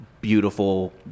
beautiful